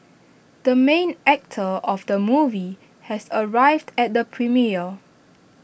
the main actor of the movie has arrived at the premiere